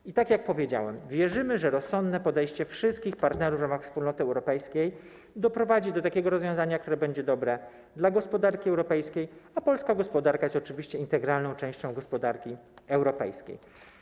I tak jak powiedziałem, wierzymy, że rozsądne podejście wszystkich partnerów w ramach Wspólnoty Europejskiej doprowadzi do takiego rozwiązania, które będzie dobre dla gospodarki europejskiej, a polska gospodarka jest oczywiście integralną częścią gospodarki europejskiej.